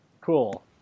Cool